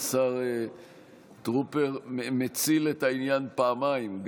השר טרופר מציל את העניין פעמיים,